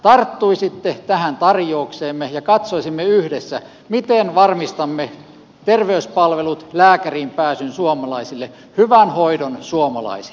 tarttuisitte tähän tarjoukseemme ja katsoisimme yhdessä miten varmistamme terveyspalvelut lääkäriin pääsyn suomalaisille hyvän hoidon suomalaisille